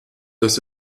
dass